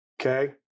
Okay